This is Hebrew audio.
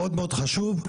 מאוד חשוב.